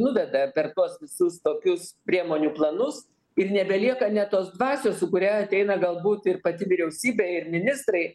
nuveda per tuos visus tokius priemonių planus ir nebelieka net tos dvasios su kuria ateina galbūt ir pati vyriausybė ir ministrai